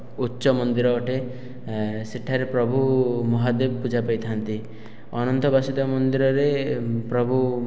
ଉଚ୍ଚ ମନ୍ଦିର ଅଟେ ସେଠାରେ ପ୍ରଭୁ ମହାଦେବ ପୂଜା ପାଇଥାନ୍ତି ଅନନ୍ତ ବାସୁଦେବ ମନ୍ଦିରରେ ପ୍ରଭୁ